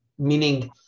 Meaning